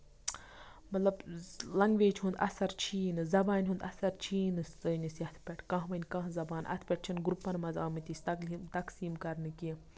مطلب لینگویج ہُند اَثر چھُی نہٕ زَبانہِ ہُند اَثر چھُی نہٕ سٲنِس یَتھ پٮ۪ٹھ کانہہ وَنہِ کانہہ وَنہِ کانہہ زَبان اَتھ پٮ۪ٹھ چھُنہٕ گرُپَن منٛز آمٕتۍ أسۍ تگلیٖم تَقسیٖم کرنہٕ کیٚنہہ